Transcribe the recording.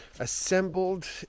assembled